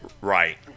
Right